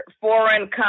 foreign